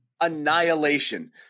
annihilation